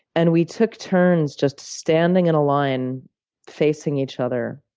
and we took turns just standing in a line facing each other.